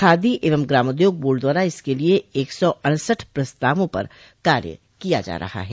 खादी एवं ग्रामोद्योग बोर्ड द्वारा इसके लिये एक सौ अड़सठ प्रस्तावों पर कार्य किया जा रहा है